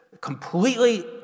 completely